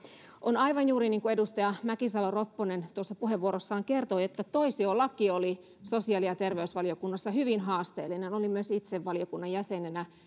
on juuri niin kuin edustaja mäkisalo ropponen tuossa puheenvuorossaan kertoi että toisiolaki oli sosiaali ja terveysvaliokunnassa hyvin haasteellinen olin myös itse valiokunnan jäsenenä